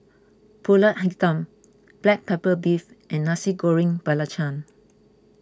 Pulut Hitam Black Pepper Beef and Nasi Goreng Belacan